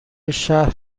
شهر